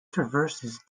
traverses